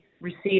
received